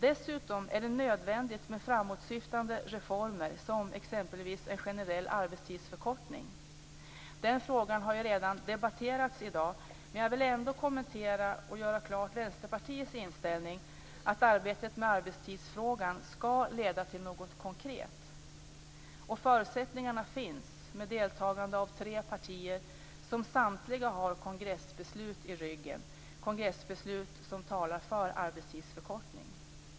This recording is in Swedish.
Dessutom är det nödvändigt med framåtsyftande reformer, exempelvis en generell arbetstidsförkortning. Den frågan har redan debatterats här i dag men jag vill ändå kommentera och klargöra Vänsterpartiets inställning - att arbetet med arbetstidsfrågan skall leda till någonting konkret. Förutsättningarna finns med deltagande av tre partier som samtliga har kongressbeslut i ryggen - kongressbeslut som talar för en arbetstidsförkortning.